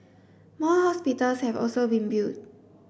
more hospitals have also been built